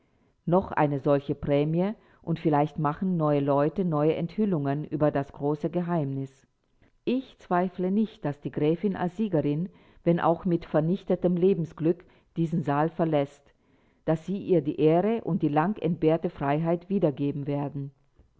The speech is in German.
noch eine solche prämie und vielleicht machen neue leute neue enthüllungen über das große geheimnis ich zweifle nicht daß die gräfin als siegerin wenn auch mit vernichtetem lebensglück diesen saal verläßt daß sie ihr die ehre und die lang entbehrte freiheit wiedergeben werden